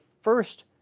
first